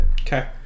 Okay